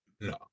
no